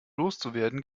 loszuwerden